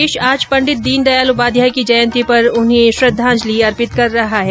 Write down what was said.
देश आज पंडित दीनदयाल उपाध्याय की जयंति पर उन्हें श्रद्वाजंलि अर्पित कर रहा है